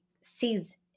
sees